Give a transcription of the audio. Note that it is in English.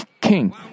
King